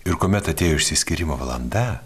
ir kuomet atėjo išsiskyrimo valanda